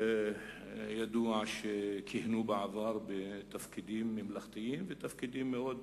ידוע שהם כיהנו בעבר בתפקידים ממלכתיים ותפקידים מאוד חשובים.